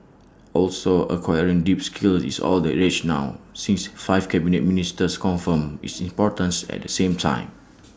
also acquiring deep skills is all the rage now since five Cabinet Ministers confirmed its importance at the same time